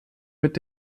mit